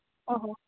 ᱚ ᱦᱚᱸ